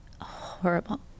horrible